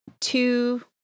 two